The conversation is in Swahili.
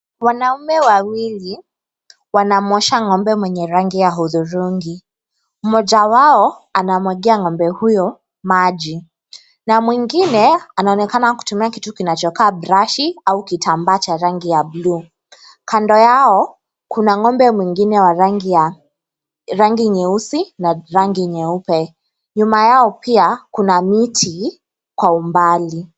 Wanaume wawili wanamwosha ng'ombe mwenye rangi ya hudhurungi , mmoja wao anamwagia ng'ombe huyo maji na mwingine anaonekana anatumia kitu kinachokaa brashi au kitambaa cha rangi ya bluu . Kando yao kuna ng'ombe mwingine wa rangi ya rangi nyeusi na rangi nyeupe . Nyuma yao pia kuna miti kwa umbali.